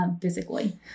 physically